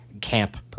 camp